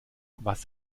was